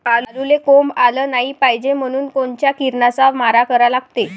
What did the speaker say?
आलूले कोंब आलं नाई पायजे म्हनून कोनच्या किरनाचा मारा करा लागते?